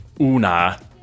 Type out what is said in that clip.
una